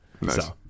Nice